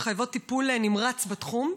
והן מחייבות טיפול נמרץ בתחום.